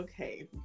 Okay